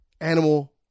animal